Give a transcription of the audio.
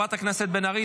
חברת הכנסת בן ארי,